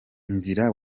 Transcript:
inzira